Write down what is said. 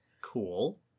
Cool